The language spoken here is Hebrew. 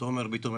תומר ביטון,